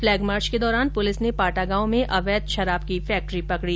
flag march के दौरान police ने पाटा गांव में अवैध शराब की फैक्ट्री पकड़ी